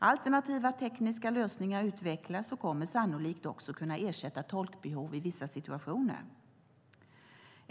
Alternativa tekniska lösningar utvecklas och kommer sannolikt också att kunna ersätta tolkbehov i vissa situationer.